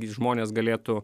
gi žmonės galėtų